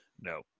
No